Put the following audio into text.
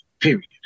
period